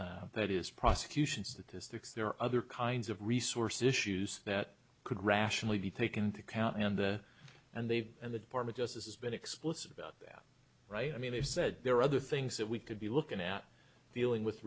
that is prosecution statistics there are other kinds of resource issues that could rationally be taken into account and and they've and the department justice has been explicit about that right i mean they said there are other things that we could be looking at the ewing with